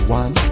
one